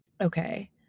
Okay